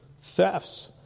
thefts